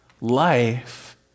life